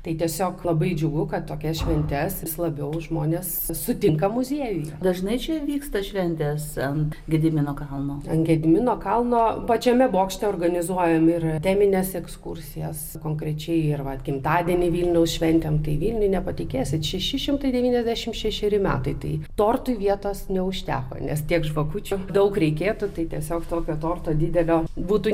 tai tiesiog labai džiugu kad tokias šventes vis labiau žmonės sutinka muziejuje dažnai čia vyksta šventės ant gedimino kalno ant gedimino kalno pačiame bokšte organizuojami ir temines ekskursijas konkrečiai ir vat gimtadienį vilniaus šventėm tai vilniuje nepatikėsit šeši šimtai devyniasdešimt šešeri metai tai tortui vietos neužteko nes tiek žvakučių daug reikėtų tai tiesiog tokio torto didelio būtų